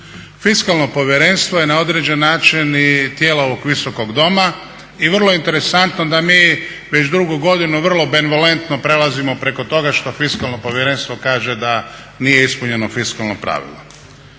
Fiskalno povjerenstvo je na određen način i tijelo ovog Visokog doma i vrlo interesantno da mi već drugu godinu vrlo benevolentno prelazimo preko toga što Fiskalno povjerenstvo kaže da nije ispunjeno fiskalno pravilo.